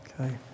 Okay